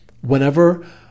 whenever